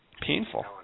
Painful